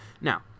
Now